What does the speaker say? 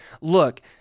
look